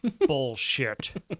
bullshit